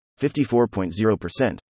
54.0%